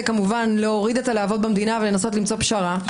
כמובן להוריד את הלהבות במדינה ולנסות למצוא פשרה.